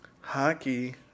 hockey –